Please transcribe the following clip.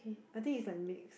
I think is like mix